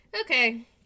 Okay